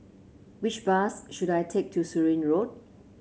which bus should I take to Surin Road